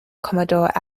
commodore